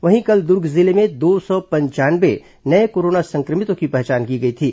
वहीं कल दुर्ग जिले में दो सौ पंचानवे नये कोरोना सं क्र मितों की पहचान की गई थी